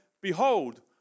Behold